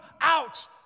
out